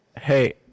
hey